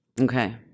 Okay